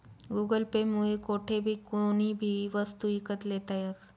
Google Pay मुये कोठेबी कोणीबी वस्तू ईकत लेता यस